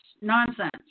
nonsense